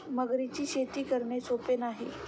मगरींची शेती करणे सोपे नाही